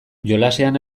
jolasean